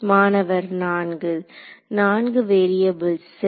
மாணவர் 4 4 வேரியபுள்ஸ் சரி